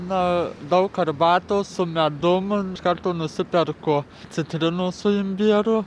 na daug arbatos su medum iš karto nusiperku citrinos su imbieru